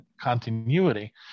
continuity